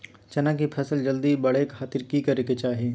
चना की फसल जल्दी बड़े खातिर की करे के चाही?